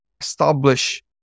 establish